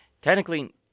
technically